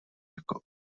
jako